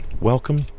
Welcome